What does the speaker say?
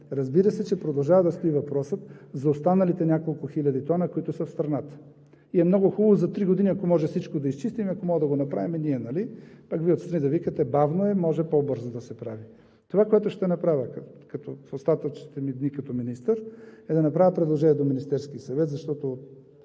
Разбира се, че продължава да стои въпросът за останалите няколко хиляди тона, които са в страната. И е много хубаво за три години, ако може всичко да изчистим, ако може да го направим ние, пък Вие отстрани да викате: „Бавно е, може по-бързо да се прави!“ Това, което ще направя в остатъчните ми дни като министър, е да направя предложение до Министерския съвет, защото